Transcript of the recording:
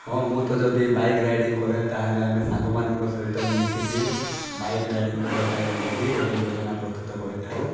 ହଁ ମୁଁ ତ ଯଦି ବାଇକ୍ ରାଇଡିଂ କରେ ତାହେଲେ ଆମେ ସାଙ୍ଗମାନଙ୍କ ସହିତ ହିଁ ମିଶିକି ବାଇକ୍ ରାଇଡିଂ କରିବା ପାଇଁ ବୋଲି କି ଗୋଟେ ଯୋଜନା ପ୍ରସ୍ତୁତ କରିଥାଉ